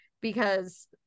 because-